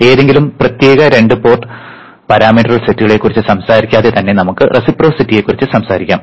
ഏതെങ്കിലും പ്രത്യേക രണ്ട് പോർട്ട് പാരാമീറ്റർ സെറ്റുകളെ കുറിച്ച് സംസാരിക്കാതെ തന്നെ നമുക്ക് റെസിപ്രൊസിറ്റിയെക്കുറിച്ച് സംസാരിക്കാം